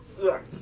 Yes